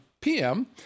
PM